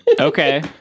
Okay